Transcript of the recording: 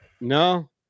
No